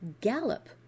gallop